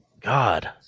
God